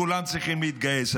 כולם צריכים להתגייס,